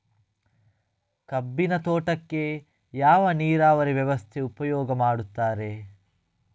ಕಬ್ಬಿನ ತೋಟಕ್ಕೆ ಯಾವ ನೀರಾವರಿ ವ್ಯವಸ್ಥೆ ಉಪಯೋಗ ಮಾಡುತ್ತಾರೆ?